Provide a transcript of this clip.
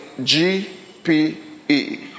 GPE